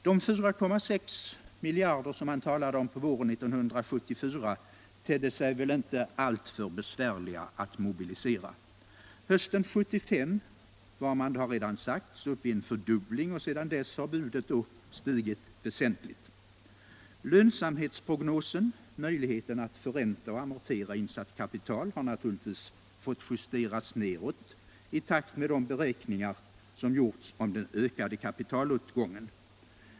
De 4,6 miljarder som man talade om på våren 1974 tedde sig väl inte alltför besvärliga att mobilisera. Hösten 1975 var man — det har redan sagts — uppe i en fördubbling av kostnadsberäkningarna, och sedan dess har budet stigit väsentligt. Prognoserna för lönsamhet — möjligheterna att förränta och amortera insatt kapital — har naturligtvis fått justeras neråt i takt med de beräkningar som gjorts om den ökade kapitalåtgången.